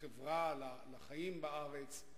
לחברה, לחיים בארץ.